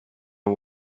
and